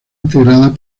integrada